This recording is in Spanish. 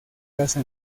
casa